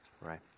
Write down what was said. Right